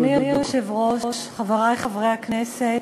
אדוני היושב-ראש, חברי חברי הכנסת,